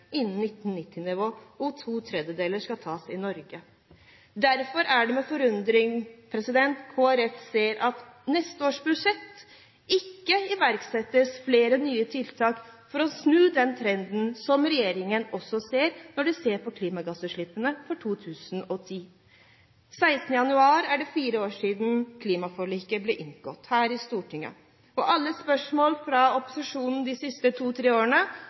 innen 2020, og to tredjedeler av kuttene skal tas i Norge. Derfor er det med forundring Kristelig Folkeparti ser at det i neste års budsjett ikke iverksettes nye tiltak for å snu den trenden – som regjeringen også ser, når de ser på klimagassutslippene for 2010. Den 16. januar er det fire år siden klimaforliket ble inngått her i Stortinget. Alle spørsmål fra opposisjonen de siste to–tre årene